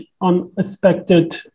unexpected